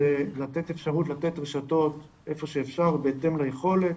לתת אפשרות לתת רשתות איפה שאפשר, בהתאם ליכולת,